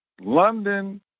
London